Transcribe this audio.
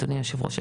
אדוני היושב-ראש,